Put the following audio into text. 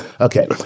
Okay